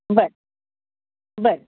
बरं बरं